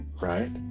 Right